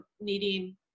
needing –